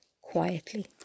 quietly